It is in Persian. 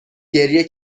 گریه